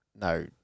no